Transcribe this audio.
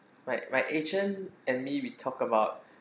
my my agent and me we talk about